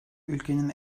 ülkenin